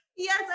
Yes